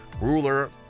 ruler